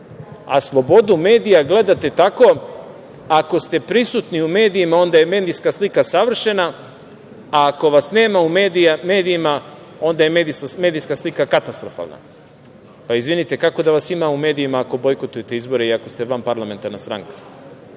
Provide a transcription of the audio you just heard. a slobodu medija gledate tako – ako ste prisutni u medijima onda je medijska slika savršena, a ako vas nema u medijima onda je medijska slika katastrofalna. Izvinite, kako da vas ima u medijima ako bojkotujete izbore i ako ste vanparlamentarna stranka?